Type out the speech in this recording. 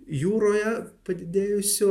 jūroje padidėjusių